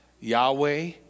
Yahweh